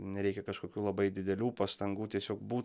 nereikia kažkokių labai didelių pastangų tiesiog būt